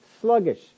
sluggish